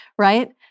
Right